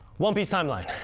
one piece timeline,